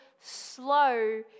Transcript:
slow